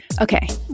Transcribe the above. Okay